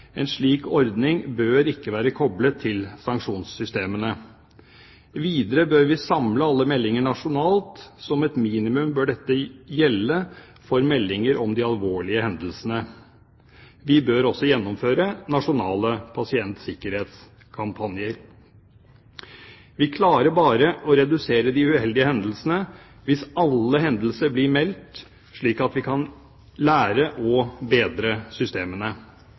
En slik ordning bør ikke være koblet til sanksjonssystemene. Videre bør vi samle alle meldinger nasjonalt. Som et minimum bør dette gjelde for meldinger om de alvorlige hendelsene. Vi bør også gjennomføre nasjonale pasientsikkerhetskampanjer. Vi klarer bare å redusere de uheldige hendelsene hvis alle hendelser blir meldt, slik at vi kan lære og bedre systemene.